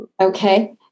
Okay